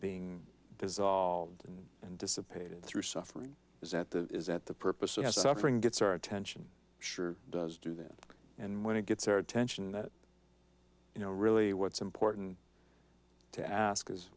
being dissolved and and dissipated through suffering is that the is that the purpose of our suffering gets our attention sure does do that and when it gets our attention that you know really what's important to ask is